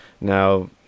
Now